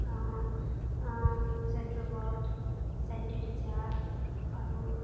saint Roberts saint टेरेजाहरू